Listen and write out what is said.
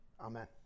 Amen